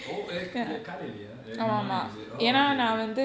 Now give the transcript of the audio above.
oh காலைலயா:kalailaya in the morning is it oh okay okay